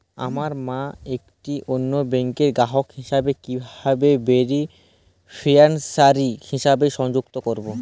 আমার মা একটি অন্য ব্যাংকের গ্রাহক হিসেবে কীভাবে বেনিফিসিয়ারি হিসেবে সংযুক্ত করব?